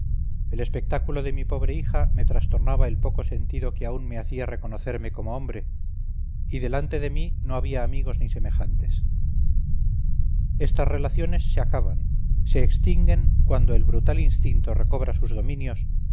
el espectáculo de mi pobre hija me trastornaba el poco sentido que aún me hacía reconocerme como hombre y delante de mí no había amigos ni semejantes estas relaciones se acaban se extinguen cuando el brutal instinto recobra sus dominios